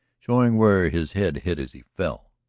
showing where his head hit as he fell.